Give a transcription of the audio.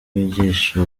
wigisha